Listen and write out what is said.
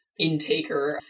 intaker